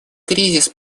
кризис